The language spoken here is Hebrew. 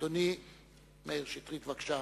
אדוני מאיר שטרית, בבקשה.